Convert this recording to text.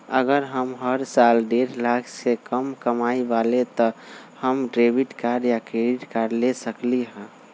अगर हम हर साल डेढ़ लाख से कम कमावईले त का हम डेबिट कार्ड या क्रेडिट कार्ड ले सकली ह?